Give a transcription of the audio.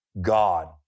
God